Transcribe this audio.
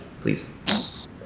Please